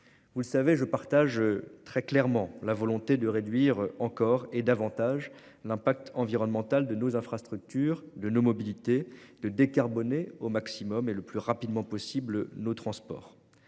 Vous le savez je partage très clairement la volonté de réduire encore et davantage l'impact environnemental de nos infrastructures de nos mobilités de décarboner au maximum et le plus rapidement possible nos transports